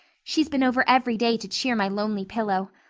she's been over every day to cheer my lonely pillow.